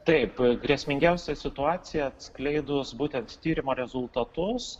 taip grėsmingiausia situacija atskleidus būtent tyrimo rezultatus